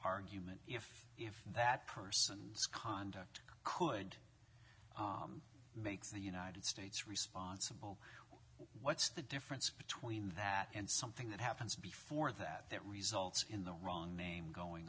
argument if you have that person's conduct could make the united states responsible what's the difference between that and something that happens before that that results in the wrong name going